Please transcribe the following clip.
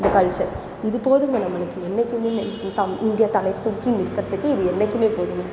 இந்த கல்ச்சர் இது போதும்ங்க நம்மளுக்கு என்னைக்குமே நெ த இண்டியா தலை தூக்கி நிக்கிறதுக்கு இது என்னைக்குமே போதும்ங்க